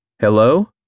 Hello